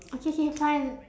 okay K fine